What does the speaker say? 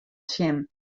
tsjin